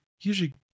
usually